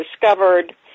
discovered